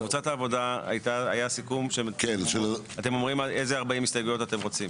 קבוצת "העבודה" היה סיכום שאתם אומרים איזה 40 הסתייגויות אתם רוצים.